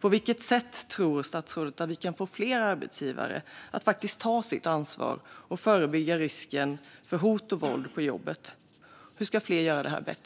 På vilket sätt tror statsrådet att vi kan få fler arbetsgivare att faktiskt ta sitt ansvar och förebygga risk för hot och våld på jobbet? Hur ska fler göra detta bättre?